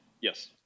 Yes